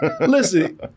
listen